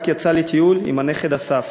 רק יצאה לטיול עם הנכד אסף.